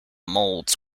moulds